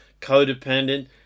codependent